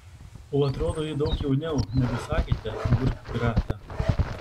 o atrodo ji daug jauniau negu sakėte burggrafe